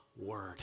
word